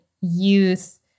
youth